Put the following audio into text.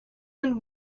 when